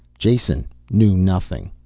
jason knew nothing.